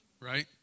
Right